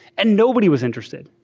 and nobody was interested.